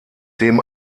dem